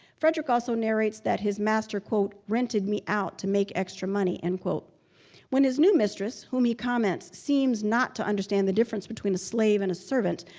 frederick also narrates that his master rented me out to make extra money and when his new mistress, whom he comments seems not to understand the difference between a slave and a servant,